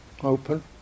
open